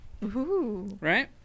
Right